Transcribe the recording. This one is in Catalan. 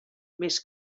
més